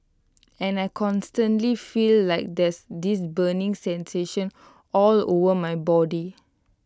and I constantly feel like there's this burning sensation all over my body